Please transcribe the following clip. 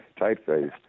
typeface